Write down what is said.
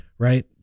Right